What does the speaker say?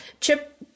Chip